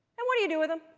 and what do you do with them?